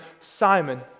Simon